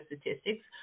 statistics